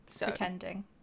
pretending